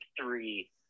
three